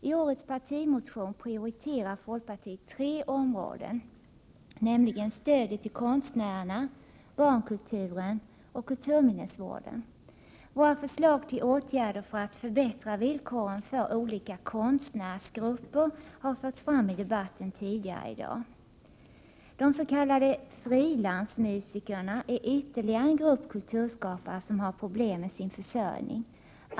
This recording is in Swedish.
I årets partimotion prioriterar folkpartiet tre områden: stödet till konstnärerna, barnkulturen och kulturminnesvården. Våra förslag till åtgärder för att förbättra villkoren för olika konstnärsgrupper har förts fram i debatten tidigare i dag. De s.k. frilansmusikerna är ytterligare en grupp kulturskapare som har problem med sin försörjning.